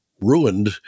ruined